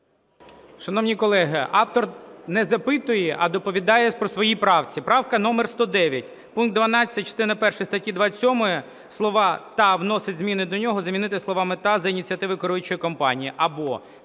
Шановні колеги, автор не запитує, а доповідає по своїй правці. Правка номер 109 пункт 12 частина перша статті 27 слова "та вносить зміни до нього" замінити словами "та за ініціативи керуючої компанії або…".